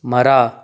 ಮರ